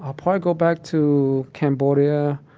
i'll probably go back to cambodia,